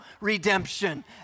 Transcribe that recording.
redemption